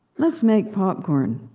let's make popcorn!